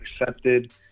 accepted